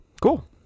Cool